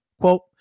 Quote